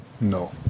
No